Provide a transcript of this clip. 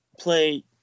play –